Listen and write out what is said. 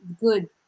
good